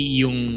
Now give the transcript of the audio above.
yung